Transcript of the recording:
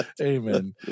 Amen